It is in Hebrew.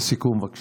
לסיכום, בבקשה.